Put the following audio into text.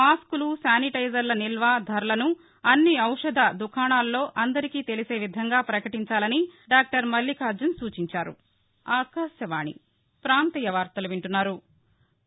మాస్కులు శానిటైజర్ల నిల్వ ధరలను అన్ని ఔషధ దుకాణాల్లో అందరికీ తెలిసే విధంగా పకటించాలని డాక్టర్ మల్లిఖార్మన్ సూచించారు